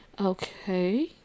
Okay